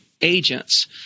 agents